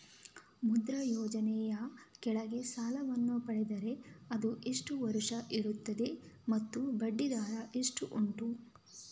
ಮುದ್ರಾ ಯೋಜನೆ ಯ ಕೆಳಗೆ ಸಾಲ ವನ್ನು ಪಡೆದರೆ ಅದು ಎಷ್ಟು ವರುಷ ಇರುತ್ತದೆ ಮತ್ತು ಬಡ್ಡಿ ದರ ಎಷ್ಟು ಉಂಟು?